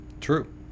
True